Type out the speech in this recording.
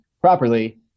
properly